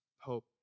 Hope